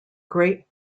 great